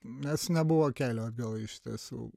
nes nebuvo kelio atgal iš tiesų